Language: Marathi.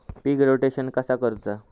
पीक रोटेशन कसा करूचा?